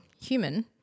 human